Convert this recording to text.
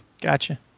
Gotcha